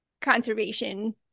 conservation